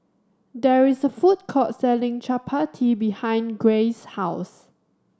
there is a food court selling Chapati behind Grayce's house